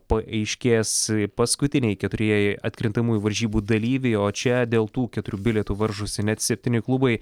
paaiškės paskutiniai keturieji atkrintamųjų varžybų dalyviai o čia dėl tų keturių bilietų varžosi net septyni klubai